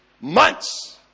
months